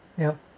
yup